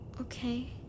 Okay